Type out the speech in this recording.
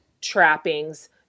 trappings